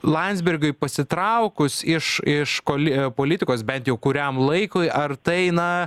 landsbergiui pasitraukus iš iš koli politikos bent jau kuriam laikui ar tai na